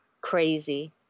crazy